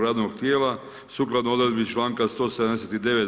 radnog tijela, sukladno odredbi članka 179.